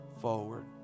forward